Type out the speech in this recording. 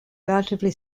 relatively